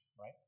right